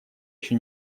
ещё